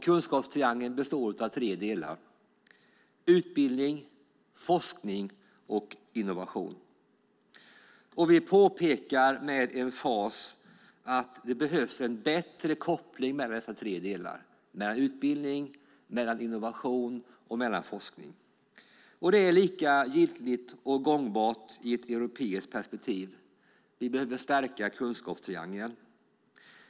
Kunskapstriangeln består av tre delar: utbildning, forskning och innovation. Vi påpekar med emfas att det behövs bättre koppling mellan dessa tre delar - mellan utbildning, innovation och forskning. Det är lika giltigt och gångbart i ett europeiskt perspektiv. Vi behöver stärka kunskapstriangeln.